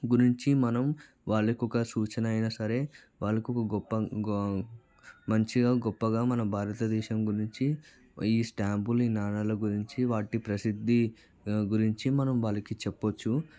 గురించి మనం వాళ్ళకు ఒక సూచన అయినా సరే వాళ్ళకుగొప్ప గొప్పగా మంచిగా గొప్పగా మనం భారతదేశం గురించి ఈ స్టాంపులు ఈ నాణాలు గురించి వాటి ప్రసిద్ధి గురించి మనం వారికి చెప్పవచ్చు